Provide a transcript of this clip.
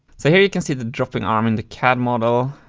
so here you can see the dropping arm in the cad model.